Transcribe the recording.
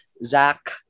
Zach